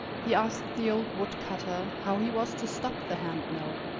he asked the old wood-cutter how he was to stop the hand-mill,